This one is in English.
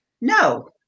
No